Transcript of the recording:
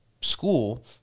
school